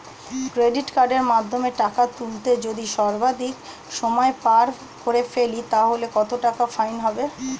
Credit কার্ডের মাধ্যমে টাকা তুললে যদি সর্বাধিক সময় পার করে ফেলি তাহলে কত টাকা ফাইন হবে?